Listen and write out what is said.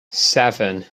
seven